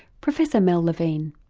professor mel levine.